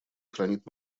хранит